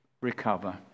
recover